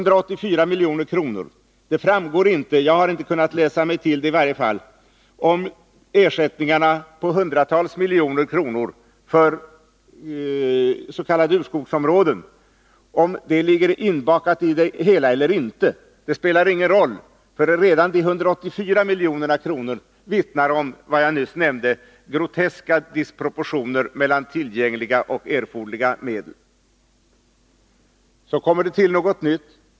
Det framgår inte — jag har i varje fall inte kunnat läsa mig till det — om ersättningar på hundratals miljoner kronor för s.k. urskogsområden ligger inbakade i det beloppet. Men det spelar ingen roll, för redan de 184 milj.kr. vittnar om den groteska disproportionen mellan tillgängliga och erforderliga medel. Så kommer det till något nytt.